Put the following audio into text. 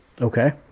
Okay